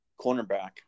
Cornerback